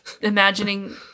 imagining